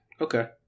Okay